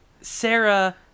Sarah